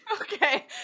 Okay